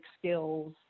skills